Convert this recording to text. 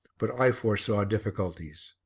but i foresaw difficulties.